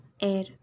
air